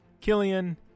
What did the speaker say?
Killian